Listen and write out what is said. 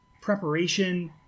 preparation